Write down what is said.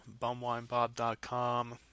bumwinebob.com